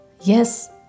yes